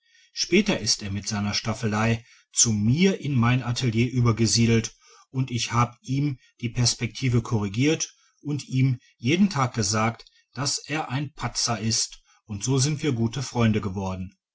später ist er mit seiner staffelei zu mir in mein atelier übergesiedelt und ich hab ihm die perspektive korrigiert und ihm jeden tag gesagt daß er ein patzer ist und so sind wir gute freunde geworden